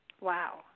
Wow